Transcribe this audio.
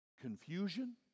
Confusion